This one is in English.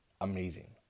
amazing